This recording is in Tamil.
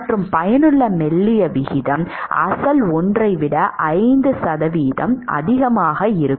மற்றும் பயனுள்ள மெல்லிய விகிதம் அசல் ஒன்றை விட 5 சதவீதம் அதிகமாக இருக்கும்